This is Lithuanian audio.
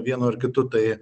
vienu ar kitu tai